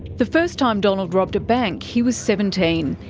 the first time donald robbed a bank he was seventeen.